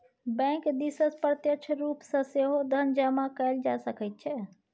bank दिससँ प्रत्यक्ष रूप सँ सेहो धन जमा कएल जा सकैत छै